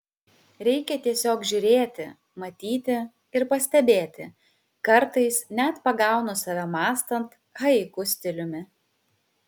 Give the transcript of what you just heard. reikia tiesiog žiūrėti matyti ir pastebėti kartais net pagaunu save mąstant haiku stiliumi